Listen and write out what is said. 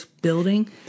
building